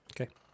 Okay